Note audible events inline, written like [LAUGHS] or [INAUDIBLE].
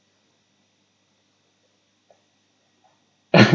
[LAUGHS]